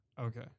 okay